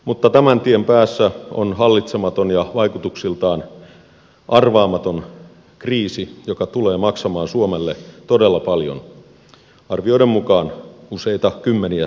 mutta tämän tien päässä on hallitsematon ja vaikutuksiltaan arvaamaton kriisi joka tulee maksamaan suomelle todella paljon arvioiden mukaan useita kymmeniä miljardeja